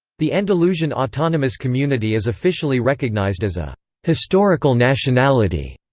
the andalusian autonomous community is officially recognised as a historical nationality.